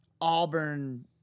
Auburn